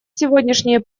сегодняшние